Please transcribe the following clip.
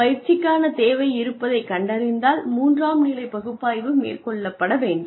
பயிற்சிக்கான தேவை இருப்பதைக் கண்டறிந்தால் மூன்றாம் நிலை பகுப்பாய்வு மேற்கொள்ளப்பட வேண்டும்